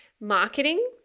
marketing